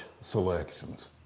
selections